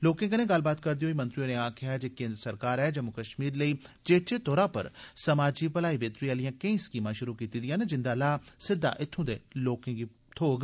लोकें कन्नै गल्लबात करदे होई मंत्री होरें आक्खेया जे केन्द्र सरकारै जम्मू कश्मीर लेई चेचे तौरा पर समाजी भलाई बेहतरी आलियां केई स्कीमां शुरु कीतियां न जिन्दा लाह सिद्दा इत्थू दे लोकें गी थोग